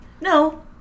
No